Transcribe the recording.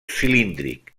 cilíndric